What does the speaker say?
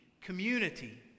community